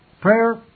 Prayer